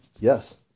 Yes